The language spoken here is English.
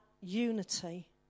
unity